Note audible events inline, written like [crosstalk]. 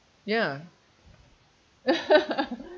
ya [laughs]